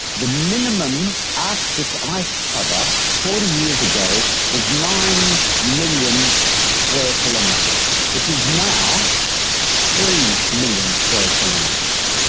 the minimum arctic ice cover forty years ago was nine million square kilometres. it is now three million square kilometres.